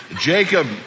Jacob